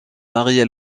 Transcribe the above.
maria